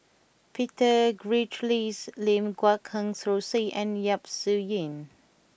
Peter Gilchrist Lim Guat Kheng Rosie and Yap Su Yin